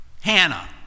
Hannah